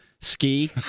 ski